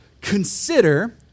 consider